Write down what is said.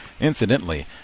Incidentally